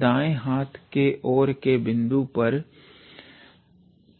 बाँये हाथ की और के बिंदु पर